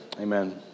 Amen